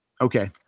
Okay